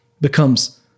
becomes